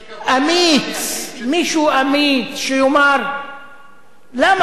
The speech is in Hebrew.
אמיץ, מישהו אמיץ שיאמר, למה?